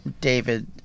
David